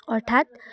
অৰ্থাৎ